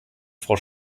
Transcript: frau